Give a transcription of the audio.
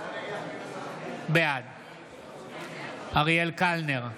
בעד אריאל קלנר,